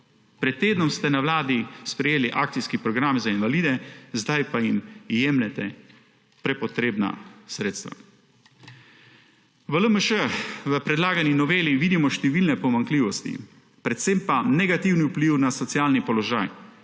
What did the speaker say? Pred tednom ste na Vladi sprejeli Akcijski program za invalide, zdaj pa jim jemljete prepotrebna sredstva. V LMŠ v predlagani noveli vidimo številne pomanjkljivosti, predvsem pa negativen vpliv na socialni položaj